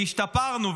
השתפרנו,